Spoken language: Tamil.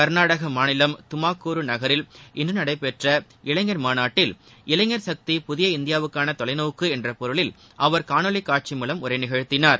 கர்நாடக மாநிலம் துமாக்கூரு நகரில் இன்று நடைபெற்ற இளைஞர் மாநாட்டில் இளைஞர் சக்தி புதிய இந்தியாவுக்காள தொலைநோக்கு என்ற பொருளில் அவர் காணொலி காட்சி மூலம் உரைநிகழ்த்தினார்